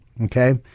Okay